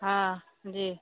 हाँ जी